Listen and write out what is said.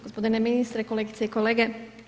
Gospodine ministre, kolegice i kolege.